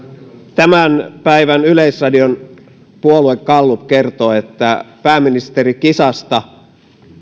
tämän päivän yleisradion puoluegallup kertoi että pääministerikisasta